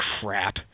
Crap